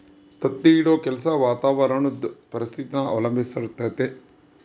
ತತ್ತಿ ಇಡೋ ಕೆಲ್ಸ ವಾತಾವರಣುದ್ ಪರಿಸ್ಥಿತಿನ ಅವಲಂಬಿಸಿರ್ತತೆ